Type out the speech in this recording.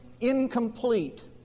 incomplete